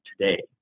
today